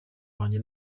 wanjye